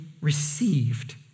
received